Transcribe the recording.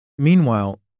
Meanwhile